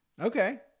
Okay